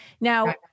Now